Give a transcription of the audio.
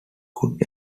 could